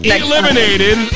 eliminated